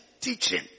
teaching